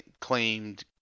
claimed